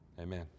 Amen